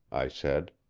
i said.